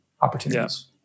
opportunities